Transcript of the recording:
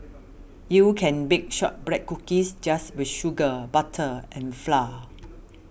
you can bake Shortbread Cookies just with sugar butter and flour